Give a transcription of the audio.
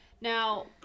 Now